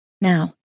Now